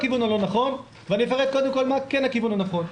אני אפרט מה הכיוון הנכון,